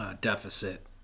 deficit